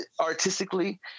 artistically